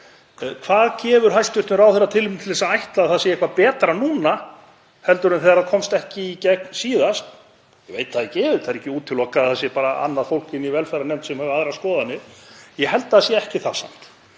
Hvað gefur hæstv. ráðherra tilefni til að ætla að það sé eitthvað betra núna en þegar það komst ekki í gegn síðast? Ég veit það ekki. Það er ekki útilokað að það sé bara annað fólk í velferðarnefnd sem hafi aðrar skoðanir. Ég held að það sé ekki það samt.